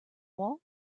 war